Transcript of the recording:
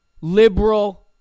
liberal